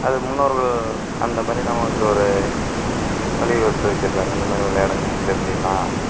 அது முன்னோர்கள் அந்தமாதிரியான நமக்கு ஒரு வழி வகுத்து வச்சுருக்காங்க இந்தமாதிரி விளையாடுங்க இப்படி இப்படியெல்லாம்